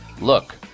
look